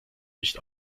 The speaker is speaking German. nicht